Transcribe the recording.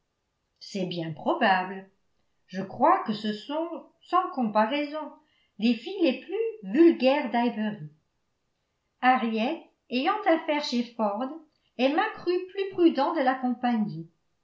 c'est bien probable je crois que ce sont sans comparaison les filles les plus vulgaires d'highbury henriette ayant à faire chez ford emma crut plus prudent de